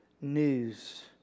news